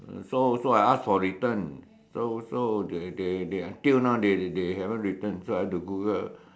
so so I ask for return so so they they they until now they they they haven't return so I have to Google